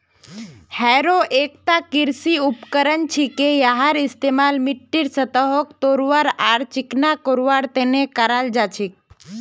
harrow एकता कृषि उपकरण छिके यहार इस्तमाल मिट्टीर सतहक तोड़वार आर चिकना करवार तने कराल जा छेक